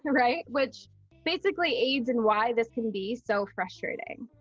right? which basically aids in why this can be so frustrating,